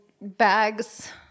bags